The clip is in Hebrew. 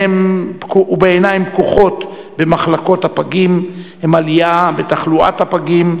ובעיניים פקוחות במחלקות הפגים הן עלייה בתחלואת הפגים,